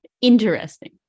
interesting